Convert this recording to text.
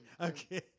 Okay